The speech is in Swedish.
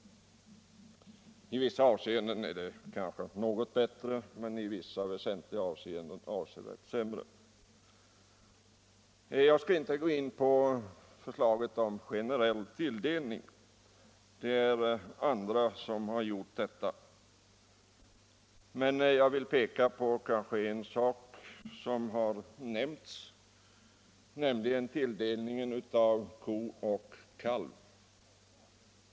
I vissa avseenden är det kanske något bättre, men i väsentliga avseenden är det avsevärt sämre. Jag skall inte gå in på förslaget om generell tilldelning — det är andra som har talat om detta. Men jag vill peka på en sak, trots att också den nämnts förut, nämligen tilldelningen av ko och kalv.